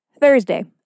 Thursday